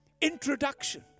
introduction